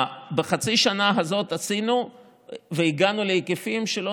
בחצי השנה הזו עשינו והגענו להיקפים שלא